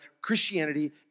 Christianity